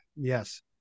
Yes